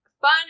fun